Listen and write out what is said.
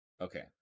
Okay